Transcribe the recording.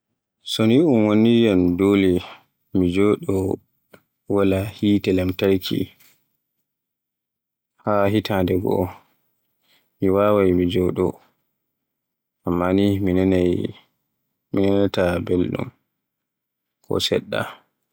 So ni un wanni yam dole mi joɗo wala hite lamtarki haa hitande goo, mi waawai mi joɗo, amman ni mi nanai- mi nanaata belɗum.